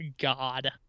God